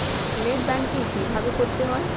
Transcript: Net banking কীভাবে করতে হয়?